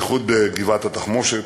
בייחוד גבעת-התחמושת,